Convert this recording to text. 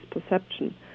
perception